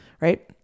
right